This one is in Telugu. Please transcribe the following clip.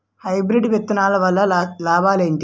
హైబ్రిడ్ విత్తనాలు వల్ల లాభాలు ఏంటి?